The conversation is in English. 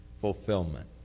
fulfillment